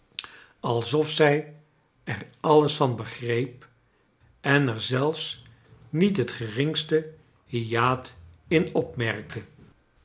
alsof zij kleine dorrit er alles van begreep en er zelfs niet het geringste hyaat in opmerkte